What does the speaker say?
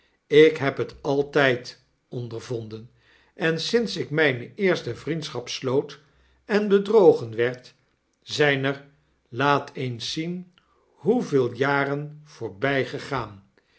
ik heb het altijd ondervonden en sinds ik myne eerste vriendschap sloot en bedrogen werd zjjn er laat eens zien hoeveel jaren voorbygegaan